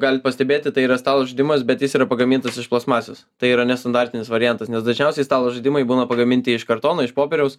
galit pastebėti tai yra stalo žaidimas bet jis yra pagamintas iš plastmasės tai yra nestandartinis variantas nes dažniausiai stalo žaidimai būna pagaminti iš kartono iš popieriaus